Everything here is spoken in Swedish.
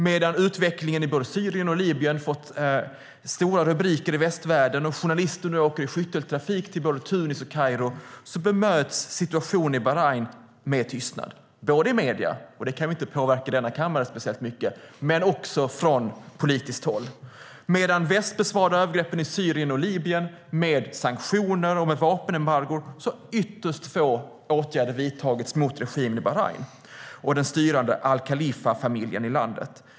Medan utvecklingen i både Syrien och Libyen fått stora rubriker i västvärlden och journalister nu åker i skytteltrafik till både Tunis och Kairo bemöts situationen i Bahrain med tystnad i medierna - det kan vi inte i denna kammare påverka speciellt mycket - men också från politiskt håll. Medan väst besvarar övergreppen i Syrien och Libyen med sanktioner och med vapenembargo har ytterst få åtgärder vidtagits mot regimen i Bahrain och den styrande al-Khalifa-familjen i landet.